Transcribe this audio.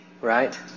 right